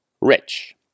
Rich